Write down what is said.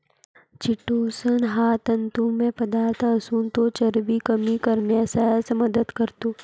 chitosan हा तंतुमय पदार्थ असून तो चरबी कमी करण्यास मदत करतो